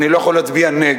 אני לא יכול להצביע נגד.